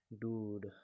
Dude